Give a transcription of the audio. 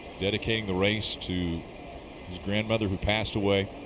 dedicating the race to his grandmother who passed away,